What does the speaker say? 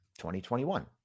2021